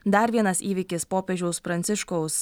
dar vienas įvykis popiežiaus pranciškaus